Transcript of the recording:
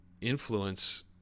influence